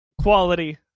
quality